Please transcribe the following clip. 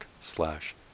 slash